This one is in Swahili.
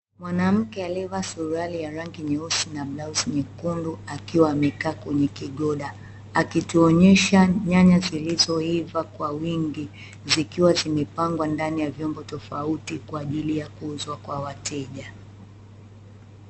Mwanamke aliyevaa suruali ya rangi nyeusi na blauzi nyekundu akiwa amekaa kwenye kigoda akituonyesha nyanya zilizoiva kwa wingi zikiwa zimepangwa ndani ya vyombo tofauti kwaajili ya kuuzwa kwa wateja.